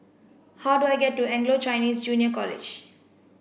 how do I get to Anglo Chinese Junior College